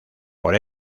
por